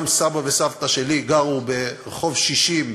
גם סבא וסבתא שלי גרו ברחוב 60,